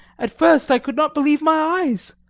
at first i could not believe my eyes.